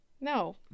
No